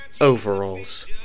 overalls